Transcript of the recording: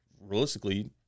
realistically